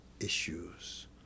Issues